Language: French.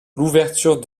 l’ouverture